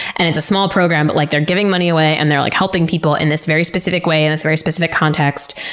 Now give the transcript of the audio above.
and it's a small program but like they're giving money away, and they're like helping people in this very specific way and this very specific context.